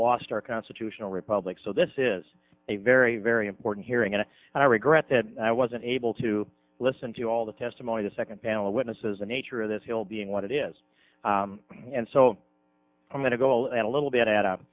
lost our constitutional republic so this is a very very important hearing and i regret that i wasn't able to listen to all the testimony the second panel of witnesses the nature of this deal being what it is and so i'm going to go and a little